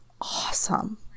awesome